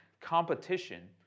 competition